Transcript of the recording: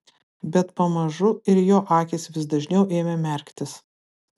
bet pamažu ir jo akys vis dažniau ėmė merktis